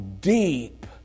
deep